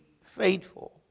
faithful